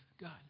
God